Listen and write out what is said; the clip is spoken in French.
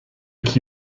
qui